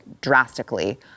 drastically